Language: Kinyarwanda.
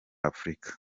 afrika